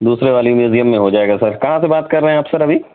دوسرے والی میوزیم میں ہو جائے گا سر کہاں سے بات کر رہے ہیں آپ سر ابھی